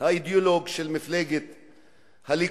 האידיאולוג של מפלגת הליכוד,